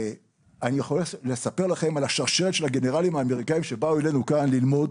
אני יכול לספר לכם על השרשרת של הגנרלים האמריקאים שבאו אלינו ללמוד